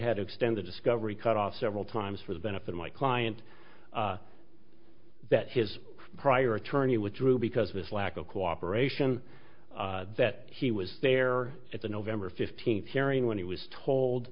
had extended discovery cut off several times for the benefit of my client that his prior tourney withdrew because this lack of cooperation that he was there at the november fifteenth hearing when he was told